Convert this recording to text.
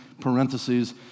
parentheses